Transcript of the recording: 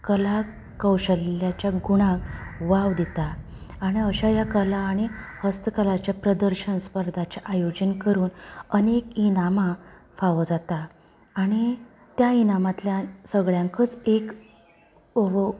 कलाक कौशल्याच्या गुणांक वाव दिता आनी अश्या ह्या कला आनी हस्तकलाचें प्रदर्शन स्पर्धांचे आयोजन करून अनेक इनामां फावो जाता आनी त्या इनामांतल्यान सगळ्यांकच एक ओहो